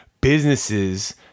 businesses